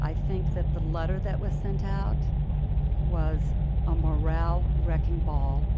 i think that the letter that was sent out was a morale wrecking ball